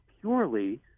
purely